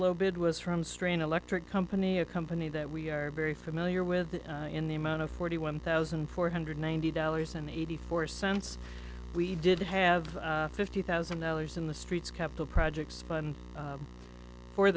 bid was from strain electric company a company that we are very familiar with in the amount of forty one thousand four hundred ninety dollars and eighty four cents we did have fifty thousand dollars in the streets capital projects fund